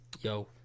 yo